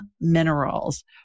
Minerals